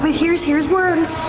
but here's here's worms!